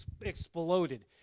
exploded